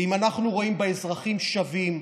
ואם אנחנו רואים בה אזרחים שווים,